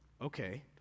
Okay